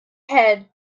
head